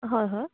হয় হয়